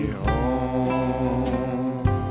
home